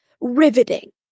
riveting